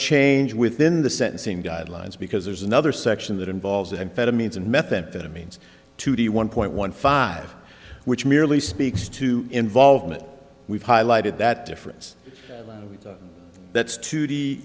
change within the sentencing guidelines because there's another section that involves amphetamines and methamphetamines to the one point one five which merely speaks to involvement we've highlighted that difference that's t